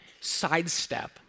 sidestep